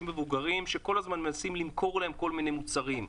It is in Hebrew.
מבוגרים שכל הזמן מנסים למכור להם כל מיני מוצרים.